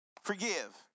forgive